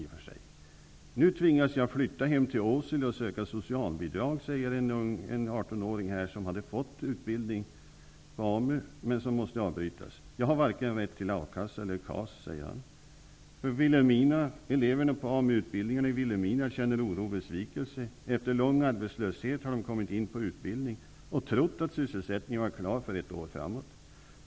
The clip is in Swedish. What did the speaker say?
En 18-åring som hade fått utbildning på AMU, som han nu måste avbryta, säger: Nu tvingas jag flytta hem till Åsele och söka socialbidrag. Jag har varken rätt till Eleverna på AMU-utbildningen i Vilhelmina känner oro och besvikelse. Efter lång arbetslöshet har de kommit in på utbildning och trott att sysselsättningen för ett år framåt var klar.